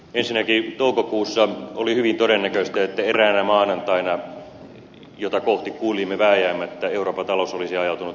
ensinnäkin toukokuussa oli hyvin todennäköistä että eräänä maanantaina jota kohti kuljimme vääjäämättä euroopan talous olisi ajautunut suunnattomaan kriisiin